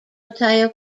mateo